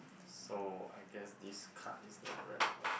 so I guess this card is not relevant